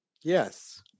yes